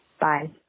Bye